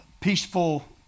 peaceful